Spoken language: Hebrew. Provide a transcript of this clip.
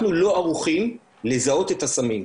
אנחנו לא ערוכים לזהות את הסמים,